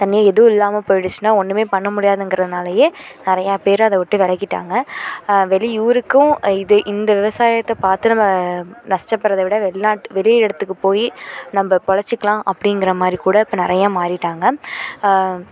தண்ணியோ எதுவும் இல்லாமல் போயிடுச்சுன்னால் ஒன்றுமே பண்ண முடியாதுங்கிறதுனாலேயே நிறையா பேர் அதை விட்டு விலகிட்டாங்க வெளி ஊருக்கும் இதே இந்த விவசாயத்தை பார்த்து நம்ம நஷ்டப்பட்றத விட வெளிநாட்டு வெளி இடத்துக்கு போய் நம்ம பொழைச்சிக்கலாம் அப்படிங்கிற மாதிரிக்கூட இப்போ நிறையா மாறிவிட்டாங்க